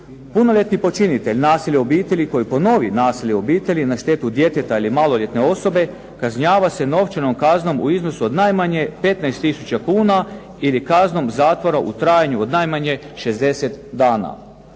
Punoljetni počinitelj nasilja u obitelji koji ponovi nasilje u obitelji na štetu djeteta ili maloljetne osobe kažnjava se novčanom kaznom u iznosu od najmanje 15 tisuća kuna ili kaznom zatvora u trajanju od najmanje 60 dana.